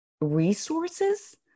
resources